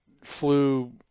flew